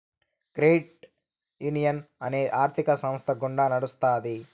credit union అనేది ఆర్థిక సంస్థ గుండా నడుత్తాది